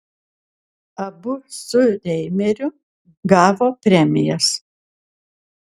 abu su reimeriu gavo premijas